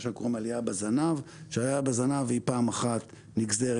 מה שקוראים עלייה בזנב כשעלייה בזנב היא פעם אחת נגזרת